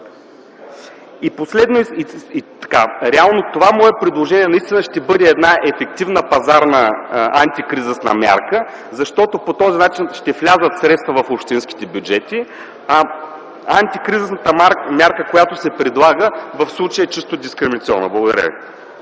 в заведенията им се пуши. Това мое предложение наистина ще бъде една ефективна пазарна антикризисна мярка, защото по този начин ще влязат средства в общинските бюджети, а антикризисната мярка, която се предлага в случая е чисто дискриминационна. Благодаря